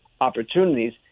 opportunities